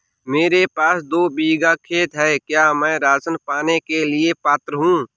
मेरे पास दो बीघा खेत है क्या मैं राशन पाने के लिए पात्र हूँ?